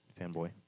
Fanboy